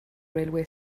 railway